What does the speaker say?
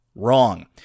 Wrong